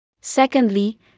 Secondly